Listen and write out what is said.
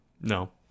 no